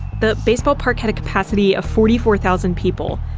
the baseball park had a capacity of forty four thousand people.